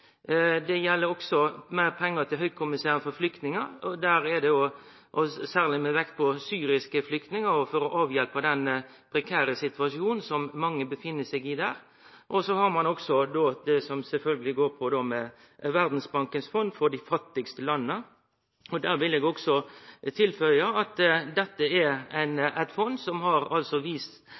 Det gjeld også meir pengar til Høgkommissæren for flyktningar, særleg med vekt på syriske flyktningar, for å avhjelpe den prekære situasjonen som mange er i der. Så har ein også det som går på Verdsbankens fond for dei fattigaste landa. Der vil eg leggje til at dette er eit fond som har